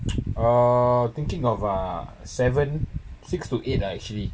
uh thinking of uh seven six to eight uh actually